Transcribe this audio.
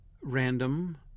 random